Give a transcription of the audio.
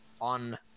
on